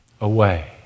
away